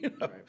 Right